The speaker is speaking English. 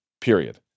Period